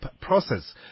process